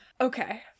Okay